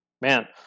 man